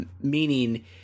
Meaning